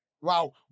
Wow